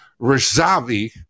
Rizavi